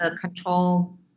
control